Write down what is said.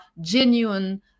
genuine